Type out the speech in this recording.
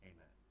Amen